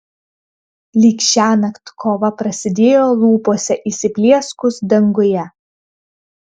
lyg šiąnakt kova prasidėjo lūpose įsiplieskus danguje